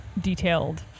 detailed